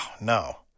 no